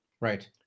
Right